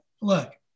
look